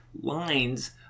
lines